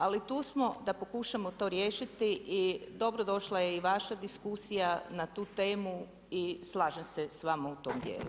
Ali tu smo, da pokušamo to riješiti i dobrodošla je i vaša diskusija na tu temu i slažem se s vama u tom dijelu.